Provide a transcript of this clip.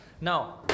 Now